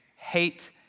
Hate